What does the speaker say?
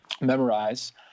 memorize